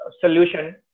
solution